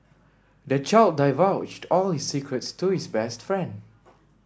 the child divulged all his secrets to his best friend